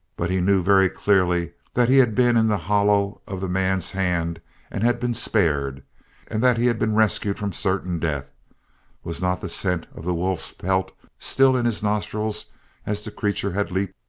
but he knew, very clearly, that he had been in the hollow of the man's hand and had been spared and that he had been rescued from certain death was not the scent of the wolf's pelt still in his nostrils as the creature had leaped?